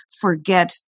forget